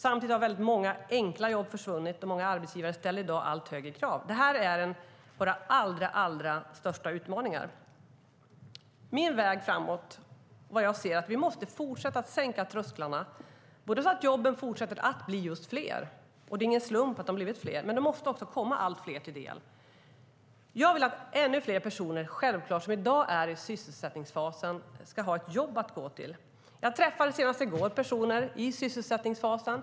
Samtidigt har väldigt många enkla jobb försvunnit, och många arbetsgivare ställer i dag allt högre krav. Detta är våra allra största utmaningar. Min väg framåt är att vi måste fortsätta att sänka trösklarna så att jobben fortsätter att bli fler. Det är ingen slump att de har blivit fler. Men de måste också komma allt fler till del. Jag vill att ännu fler personer som i dag är i sysselsättningsfasen ska ha ett jobb att gå till. Jag träffade senast i går personer i sysselsättningsfasen.